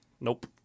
Nope